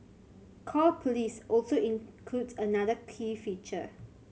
call Police also includes another key feature